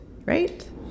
Right